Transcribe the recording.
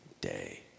day